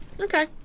Okay